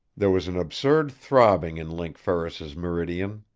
there was an absurd throbbing in link ferris's meridian.